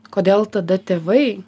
kodėl tada tėvai